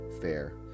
fair